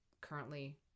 currently